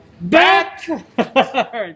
back